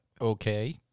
Okay